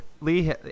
Lee